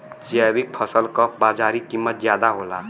जैविक फसल क बाजारी कीमत ज्यादा होला